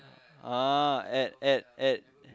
uh at at at